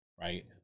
right